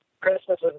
Christmas